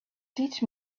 teach